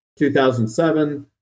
2007